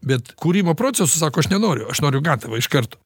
bet kūrimo procesu sako aš nenoriu aš noriu gatavą iš karto